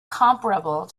comparable